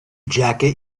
jacket